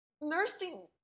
nursing